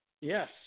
Yes